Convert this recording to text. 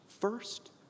first